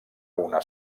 una